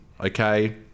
okay